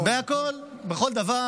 בכול, בכל דבר.